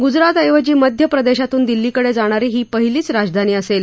गुजराथऐवजी मध्य प्रदेशातून दिल्लीकडे जाणारी ही पहिलीच राजधानी असेल